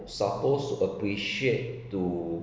supposed to appreciate to